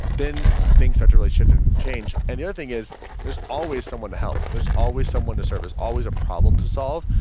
then things start to really shift and change. and the other thing is there's always someone to help. there's always someone to serve. there's always a problem to solve.